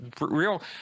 real